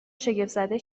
شگفتزده